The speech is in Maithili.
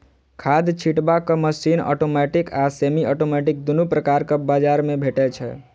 खाद छिटबाक मशीन औटोमेटिक आ सेमी औटोमेटिक दुनू प्रकारक बजार मे भेटै छै